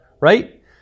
right